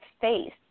face